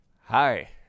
Hi